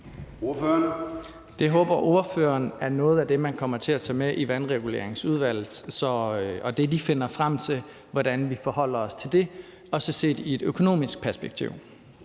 Det håber ordføreren er noget af det, man kommer til at tage med i vandreguleringsudvalget, og at de finder frem til, hvordan vi forholder os til det, også set i et økonomisk perspektiv.